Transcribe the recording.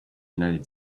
united